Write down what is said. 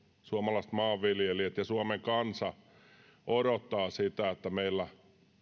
suomalaiset maanviljelijät ja suomen kansa odottavat sitä että meillä